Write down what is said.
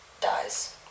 dies